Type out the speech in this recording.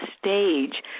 stage